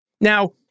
Now